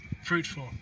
Fruitful